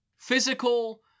Physical